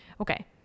Okay